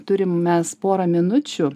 turim mes porą minučių